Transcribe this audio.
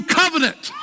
covenant